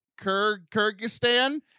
Kyrgyzstan